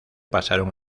pasaron